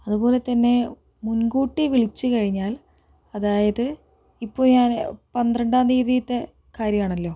അതുപോലെതന്നെ മുൻകൂട്ടി വിളിച്ചു കഴിഞ്ഞാൽ അതായത് ഇപ്പോൾ ഞാൻ പന്ത്രണ്ടാം തിയ്യതിയിലത്തെ കാര്യം ആണല്ലോ